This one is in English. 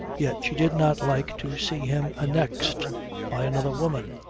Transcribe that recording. yet she did not like to see him annexed by another woman.